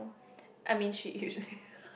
I mean she usually